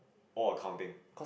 all acounting